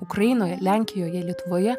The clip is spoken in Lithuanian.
ukrainoje lenkijoje lietuvoje